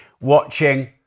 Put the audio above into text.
watching